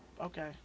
Okay